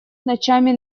ночами